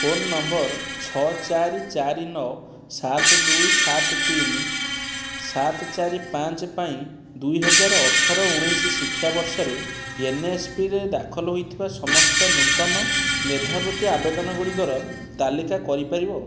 phone number ଛଅ ଚାରି ଚାରି ନଅ ସାତ ଦୁଇ ସାତ ତିନି ସାତ ଚାରି ପାଞ୍ଚ ପାଇଁ ଦୁଇ ହଜାର ଅଠର ଉଣେଇଶ ଶିକ୍ଷାବର୍ଷରେ ଏନ୍ଏସ୍ପିରେ ଦାଖଲ ହୋଇଥିବା ସମସ୍ତ ନୂତନ ମେଧାବୃତ୍ତି ଆବେଦନ ଗୁଡ଼ିକର ତାଲିକା କରିପାରିବ